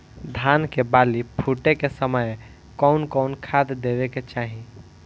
धान के बाली फुटे के समय कउन कउन खाद देवे के चाही?